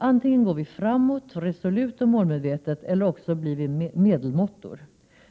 Antingen går vi framåt, resolut och målmedvetet, eller också blir vi medelmåttor.